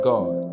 God